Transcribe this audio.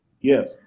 Yes